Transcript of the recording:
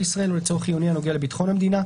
ישראל או לצורך חיוני הנוגע לביטחון המדינה,